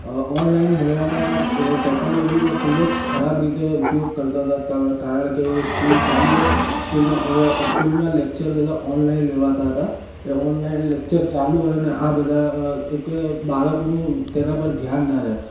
online ભણવામાં ટેક્નોલૉજીનો ખૂબ જ ખરાબ રીતે ઉપયોગ કરતા હતા કારણ કે સ્કૂલ ચાલું હોય સ્કૂલમાં લેકચર બધા ઓનલાઈન લેવાતા હતા એ ઓનલાઈન લેકચર ચાલુ હોય અને આ બધા એકેય બાળકોનું તેના પર ધ્યાન ના રહે